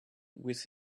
with